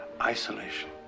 isolation